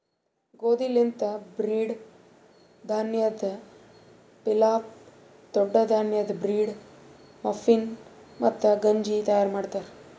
ಗೋದಿ ಲಿಂತ್ ಬ್ರೀಡ್, ಧಾನ್ಯದ್ ಪಿಲಾಫ್, ದೊಡ್ಡ ಧಾನ್ಯದ್ ಬ್ರೀಡ್, ಮಫಿನ್, ಮತ್ತ ಗಂಜಿ ತೈಯಾರ್ ಮಾಡ್ತಾರ್